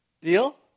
Deal